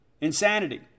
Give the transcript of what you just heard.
Insanity